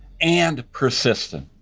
and persistent.